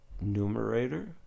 numerator